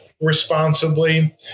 responsibly